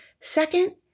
Second